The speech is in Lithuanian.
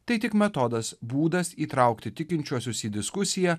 tai tik metodas būdas įtraukti tikinčiuosius į diskusiją